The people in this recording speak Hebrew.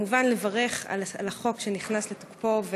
כמובן לברך על החוק שנכנס לתוקפו.